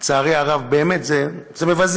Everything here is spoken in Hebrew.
לצערי הרב, זה מבזה.